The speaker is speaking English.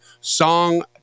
song